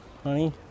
Honey